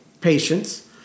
patience